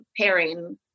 pairing